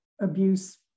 abuse